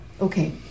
okay